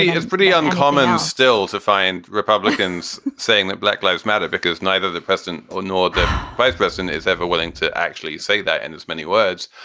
it's pretty uncommon still to find republicans saying that black lives matter because neither the president ah nor the vice president is ever willing to actually say that in as many words.